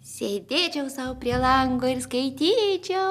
sėdėčiau sau prie lango ir skaityčiau